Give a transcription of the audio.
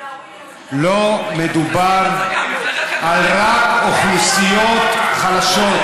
לא מדובר רק על אוכלוסיות חלשות,